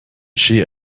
she